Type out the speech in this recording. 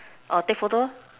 take photo